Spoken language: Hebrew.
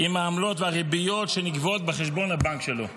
עם העמלות והריביות שנגבות בחשבון הבנק שלו.